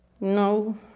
No